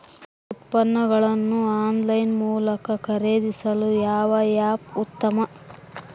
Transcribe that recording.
ಉತ್ಪನ್ನಗಳನ್ನು ಆನ್ಲೈನ್ ಮೂಲಕ ಖರೇದಿಸಲು ಯಾವ ಆ್ಯಪ್ ಉತ್ತಮ?